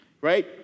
right